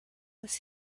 was